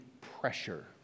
pressure